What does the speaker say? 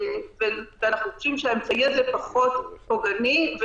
ואנחנו חושבים שהאמצעי הזה פחות פוגעני.